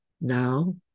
now